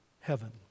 heaven